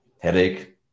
headache